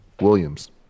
Williams